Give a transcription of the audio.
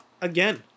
again